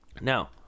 now